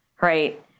right